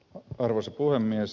arvoisa puhemies